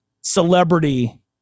celebrity